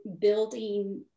building